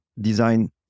design